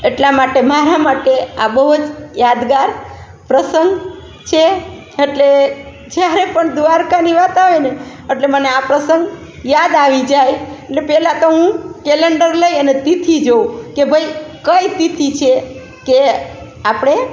એટલા માટે મારા માટે આ બહુ જ યાદગાર પ્રસંગ છે અટલે જ્યારે પણ દ્વારકાની વાત આવે ને અટલે મને આ પ્રસંગ યાદ આવી જાય એટલે પહેલાં તો હું કલેન્ડર લઈ અને તિથિ જોઉં કે ભાઈ કઈ તિથિ છે કે આપણે